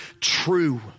true